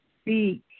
speak